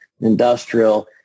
industrial